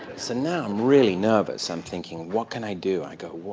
so now i'm really nervous. i'm thinking, what can i do? i go,